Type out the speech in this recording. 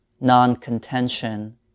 non-contention